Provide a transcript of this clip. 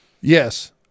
Yes